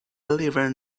deliver